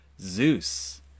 Zeus